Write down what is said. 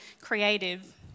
creative